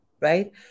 right